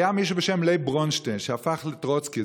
היה מישהו בשם לייב ברונשטיין שהפך לטרוצקי,